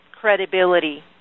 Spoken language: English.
credibility